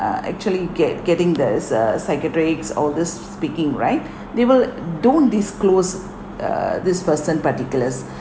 uh actually get getting there's a psychiatrics oldest speaking right they will don't disclose uh this person particulars